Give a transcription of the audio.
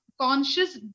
conscious